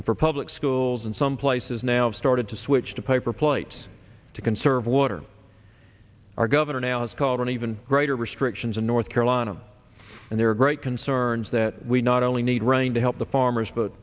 and for public school rules in some places now have started to switch to paper plates to conserve water our gov now it's called an even greater restrictions in north carolina and there are great concerns that we not only need rain to help the farmers but